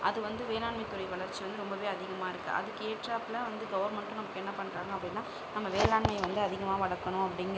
அது வந்து வேளாண்மைத்துறை வளர்ச்சி வந்து ரொம்பவே அதிகமாக இருக்குது அதுக்கு ஏற்றாப்போல வந்து கவர்மெண்ட்டும் நமக்கு என்ன பண்ணுறாங்க அப்டின்னா நம்ம வேளாண்மையை வந்து அதிகமாக வளர்க்கணும் அப்டிங்கறதுனால்